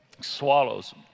swallows